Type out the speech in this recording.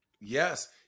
Yes